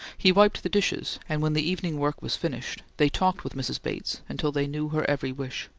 he wiped the dishes, and when the evening work was finished, they talked with mrs. bates until they knew her every wish.